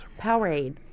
Powerade